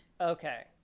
Okay